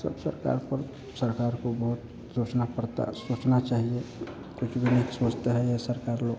सब सरकार पर सरकार को बहुत सोचना पड़ता सोचना चाहिए कुछ भी नहीं सोचते यह सरकारी लोग